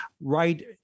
right